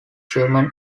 german